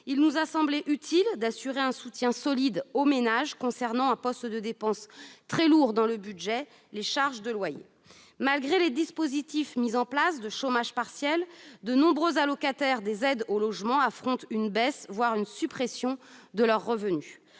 il nous a semblé utile d'assurer un soutien solide aux ménages concernant un poste de dépenses très lourd dans leur budget : les charges de loyer. Malgré les dispositifs de chômage partiel mis en place, de nombreux allocataires des aides au logement affrontent une baisse, voire une suppression de leur revenu.